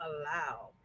allow